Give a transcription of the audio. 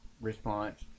Response